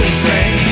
train